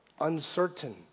uncertain